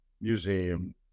Museum